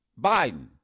Biden